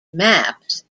maps